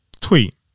Tweet